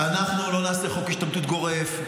אנחנו לא נעשה חוק השתמטות גורף.